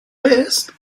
best